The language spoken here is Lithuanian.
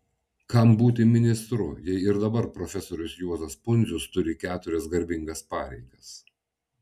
kam būti ministru jei ir dabar profesorius juozas pundzius turi keturias garbingas pareigas